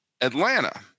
Atlanta